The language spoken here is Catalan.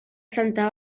santa